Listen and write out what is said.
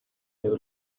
new